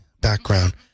background